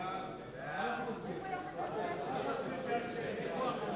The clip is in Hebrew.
סעיפים 1 2 נתקבלו.